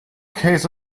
case